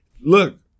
Look